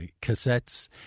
cassettes